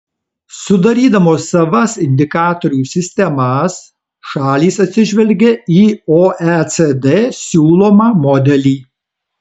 sudarydamos savas indikatorių sistemas šalys atsižvelgia į oecd siūlomą modelį